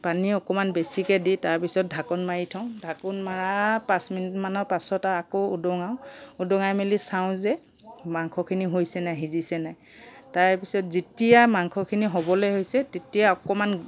পানী অকণমান বেছিকৈ দি তাৰপিছত ঢাকন মাৰি থওঁ ঢাকন মাৰা পাঁচ মিনিটমান পাছত আৰু আকৌ উদঙাও উদঙাই মেলি চাওঁ যে মাংসখিনি হৈছে নাই সিজিছে নাই তাৰপিছত যেতিয়া মাংসখিনি হ'বলৈ হৈছে তেতিয়া অকণমান